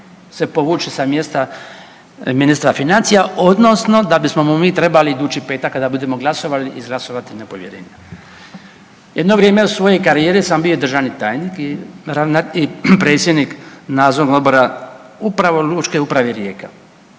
se povući sa mjesta ministra financija odnosno da bismo mu mi trebali idući petak kada budemo glasovali izglasovati nepovjerenje. Jedno vrijeme u svojoj karijeri sam bio državni tajnik i predsjednik nadzornog odbora upravo Lučke uprave Rijeka